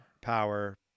Power